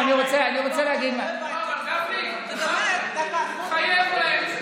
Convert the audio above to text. לא הבנתי אותך, אבל גפני, דקה, תתחייב להם.